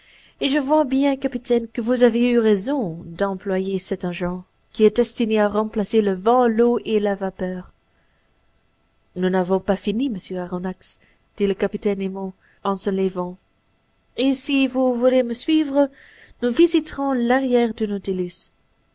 et je vois bien capitaine que vous avez eu raison d'employer cet agent qui est destiné à remplacer le vent l'eau et la vapeur nous n'avons pas fini monsieur aronnax dit le capitaine nemo en se levant et si vous voulez me suivre nous visiterons l'arrière du